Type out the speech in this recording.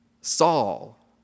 Saul